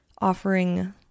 offering